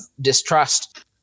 distrust